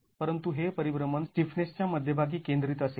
परंतु हे परिभ्रमण स्टिफनेसच्या मध्यभागी केंद्रित असेल